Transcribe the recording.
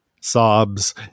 sobs